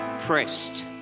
pressed